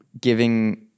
giving